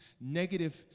negative